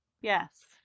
Yes